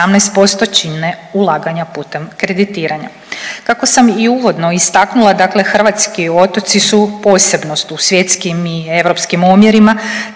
18% čine ulaganja putem kreditiranja. Kako sam i uvodno istaknula, dakle hrvatski otoci su posebnost u svjetskim i europskim omjerima,